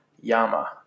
Yama